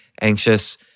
anxious